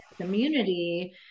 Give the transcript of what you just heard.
community